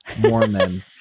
Mormon